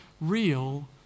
real